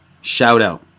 shout-out